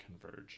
converge